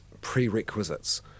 prerequisites